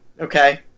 okay